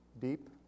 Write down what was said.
deep